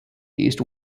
east